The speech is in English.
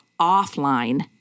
offline